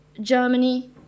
Germany